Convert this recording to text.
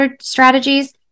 strategies